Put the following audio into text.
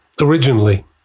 originally